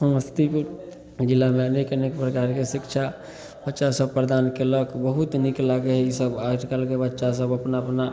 समस्तीपुर जिलामे अनेक अनेक प्रकारके शिक्षा बच्चासभ प्रदान कएलक बहुत नीक लागै हइ ईसब आजकलके बच्चासभ अपना अपना